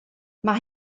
mae